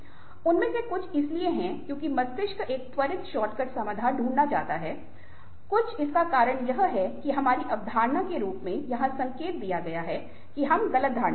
उनमें से कुछ इसलिए हैं क्योंकि मस्तिष्क एक त्वरित शॉर्टकट समाधान ढूंढना चाहता है कुछ इसका कारण यह है कि हमारी धारणा के रूप में यहाँ संकेत दिया गया है कि हम गलत धारणा रखते हैं